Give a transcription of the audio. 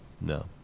No